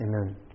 amen